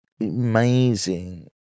amazing